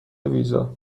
ویزا